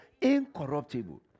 Incorruptible